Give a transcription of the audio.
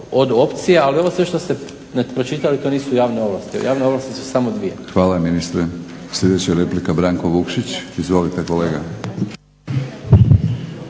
Hvala ministre. Sljedeća replika, Branko Vukšić. Izvolite kolega.